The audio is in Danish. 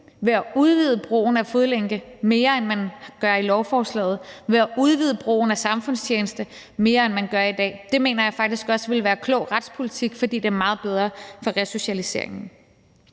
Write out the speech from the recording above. ved at udvide brugen af fodlænke mere, end man gør i lovforslaget, ved at udvide brugen af samfundstjeneste mere, end man gør i dag. Det mener jeg faktisk også vil være klog retspolitik, fordi det er meget bedre for resocialiseringen.